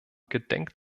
gedenkt